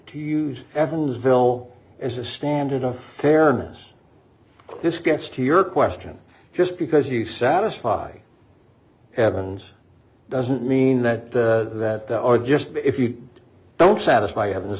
to use evansville as a standard of fairness this gets to your question just because you satisfy evans doesn't mean that that or just if you don't satisfy evidence